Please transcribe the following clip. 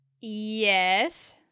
Yes